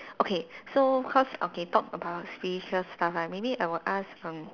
okay so cause okay talk about spiritual stuff ah maybe I will ask um